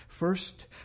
First